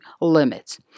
limits